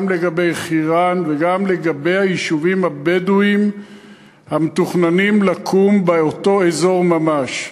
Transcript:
גם לגבי חירן וגם לגבי היישובים הבדואיים המתוכננים באותו אזור ממש.